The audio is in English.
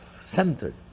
centered